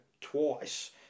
twice